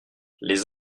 les